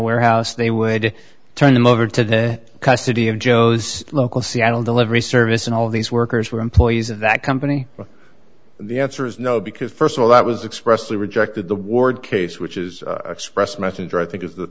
warehouse they would turn them over to the custody of joe's local seattle delivery service and all these workers were employees in that company the answer is no because st of all that was expressed they rejected the ward case which is express messenger i think is the